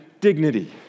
dignity